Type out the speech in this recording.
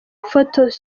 photos